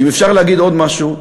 ואם אפשר להגיד עוד משהו,